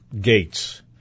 gates